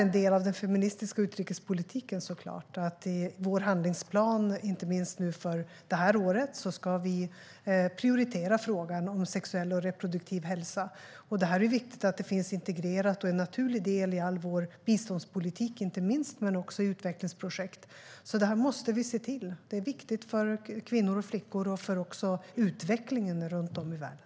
En del av vår feministiska utrikespolitik är att vi i vår handlingsplan för i år ska prioritera frågan om sexuell och reproduktiv hälsa. Det är viktigt att detta är integrerat som en naturlig del i inte minst all vår biståndspolitik men också i utvecklingsprojekt. Vi måste se till att göra detta. Det är viktigt för kvinnor och flickor och för utvecklingen runt om i världen.